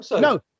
No